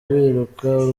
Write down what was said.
biruka